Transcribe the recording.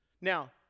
Now